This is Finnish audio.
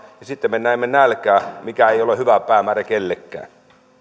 ja sitten me näemme nälkää mikä ei ole hyvä päämäärä kellekään